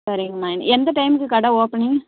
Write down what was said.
சரிங்கம்மா எந்த டைம்க்கு கடை ஓப்பனிங்